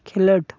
ᱠᱷᱮᱞᱳᱰ